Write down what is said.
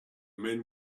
men